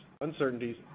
uncertainties